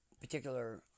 particular